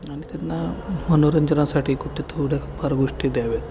आणि त्यांना मनोरंजनासाठी कुठे थोड्या फार गोष्टी द्याव्या